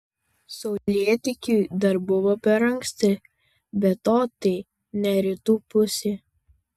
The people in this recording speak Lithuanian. saulėtekiui dar buvo per anksti be to tai ne rytų pusė